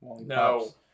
No